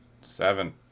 Seven